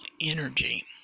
energy